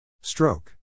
Stroke